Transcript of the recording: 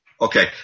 Okay